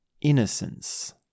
innocence